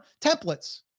templates